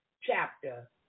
chapter